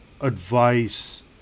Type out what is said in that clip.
advice